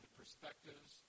perspectives